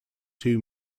two